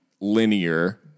linear